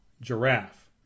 Giraffe